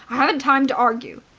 i haven't time to argue!